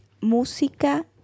música